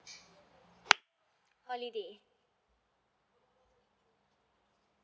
holiday